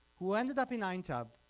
who ended up in aintab,